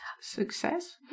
success